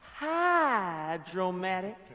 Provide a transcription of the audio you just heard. hydromatic